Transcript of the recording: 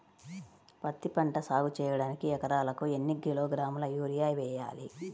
పత్తిపంట సాగు చేయడానికి ఎకరాలకు ఎన్ని కిలోగ్రాముల యూరియా వేయాలి?